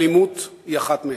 ואלימות היא אחת מהן.